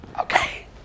Okay